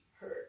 hurt